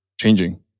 changing